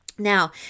Now